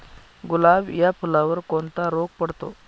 गुलाब या फुलावर कोणता रोग पडतो?